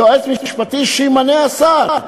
יועץ משפטי" שימנה השר.